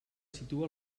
situa